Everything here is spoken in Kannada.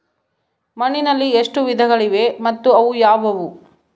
ಮಣ್ಣಿನಲ್ಲಿ ಎಷ್ಟು ವಿಧಗಳಿವೆ ಮತ್ತು ಅವು ಯಾವುವು?